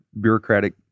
bureaucratic